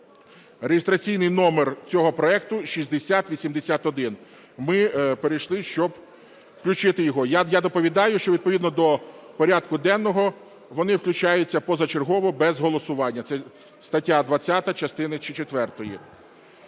(реєстраційний номер цього проекту 6081). Ми перейшли, щоб включити його. Я доповідаю, що відповідно до порядку денного, вони включаються позачергово без голосування, це стаття 20 частини